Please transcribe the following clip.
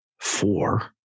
four